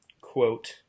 quote